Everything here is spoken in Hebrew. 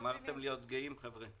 מילה לגבי ההמשך.